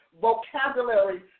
vocabulary